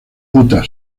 utah